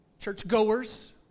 churchgoers